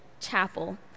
chapel